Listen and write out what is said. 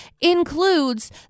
includes